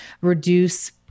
reduce